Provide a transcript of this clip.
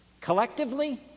collectively